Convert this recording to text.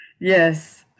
yes